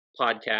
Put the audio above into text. podcast